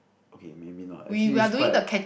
okay maybe not actually is quite